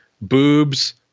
Boobs